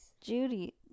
Judy